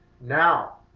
Now